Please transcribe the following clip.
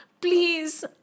Please